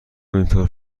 اینطور